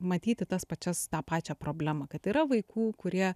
matyti tas pačias tą pačią problemą kad yra vaikų kurie